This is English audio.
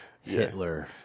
Hitler